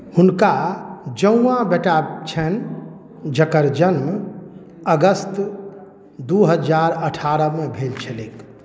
हुनका जौआँ बेटा छनि जकर जन्म अगस्त दू हजार अठारहमे भेल छलैक